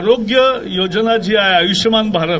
आरोग्य योजना जी आहे आयुष्यमान भारत